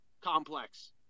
complex